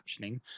captioning